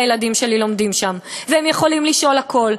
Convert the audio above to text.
כי הילדים שלי לומדים שם והם יכולים לשאול הכול,